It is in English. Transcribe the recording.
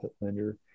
lender